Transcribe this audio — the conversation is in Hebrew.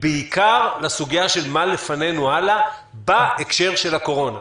בעיקר לסוגיה מה לפנינו הלאה בהקשר של הקורונה.